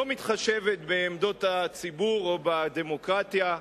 שלא מתחשבת בעמדות הציבור או בדמוקרטיה.